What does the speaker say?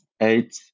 eight